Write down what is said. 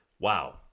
Wow